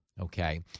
Okay